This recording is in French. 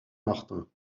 martin